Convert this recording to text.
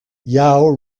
yao